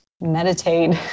meditate